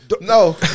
No